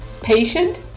Patient